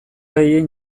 gehien